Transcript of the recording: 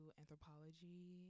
anthropology